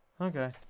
Okay